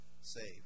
saved